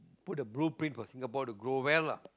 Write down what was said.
put the blueprint for the Singapore to grow well lah